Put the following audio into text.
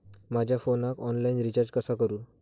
माझ्या फोनाक online recharge कसा करू?